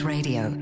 Radio